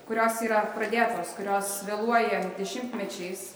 kurios yra pradėtos kurios vėluoja dešimtmečiais